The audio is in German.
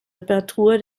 reparatur